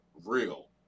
Real